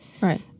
Right